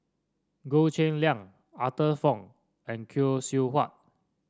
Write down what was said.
Goh Cheng Liang Arthur Fong and Khoo Seow Hwa